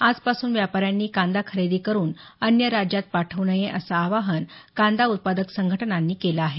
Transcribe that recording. आजपासून व्यापाऱ्यांनी कांदा खरेदी करुन अन्य राज्यात पाठव् नये असे आवाहन कांदा उत्पादक संघटनांनी केलं आहे